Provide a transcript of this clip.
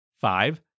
Five